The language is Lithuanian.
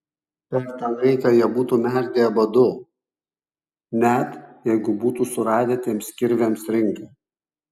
per tą laiką jie būtų merdėję badu net jeigu būtų suradę tiems kirviams rinką